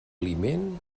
aliment